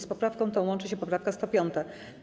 Z poprawką tą łączy się poprawka 105.